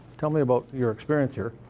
tell me about your experience here.